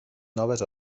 noves